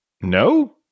No